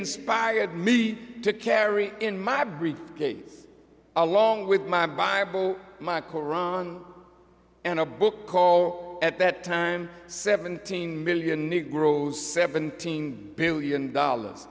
inspired me to carry in my briefcase along with my bible my koran and a book called at that time seventeen million new grows seventeen billion dollars